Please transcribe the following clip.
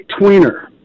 tweener